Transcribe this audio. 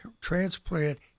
transplant